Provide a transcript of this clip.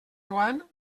joan